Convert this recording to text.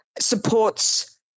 supports